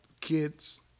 kids